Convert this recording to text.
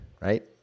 right